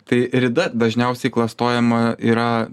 tai rida dažniausiai klastojama yra